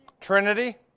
Trinity